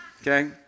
okay